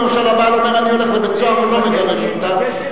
אם למשל הבעל אומר: אני הולך לבית-הסוהר ולא מגרש אותה,